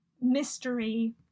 mystery